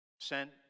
sent